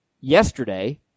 yesterday